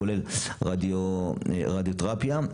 כולל רדיותרפיה,